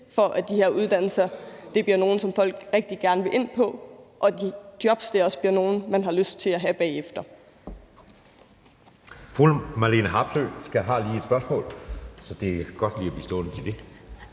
for at de her uddannelser bliver nogle, som folk rigtig gerne vil ind på, og så de jobs også bliver nogle, man har lyst til at have bagefter.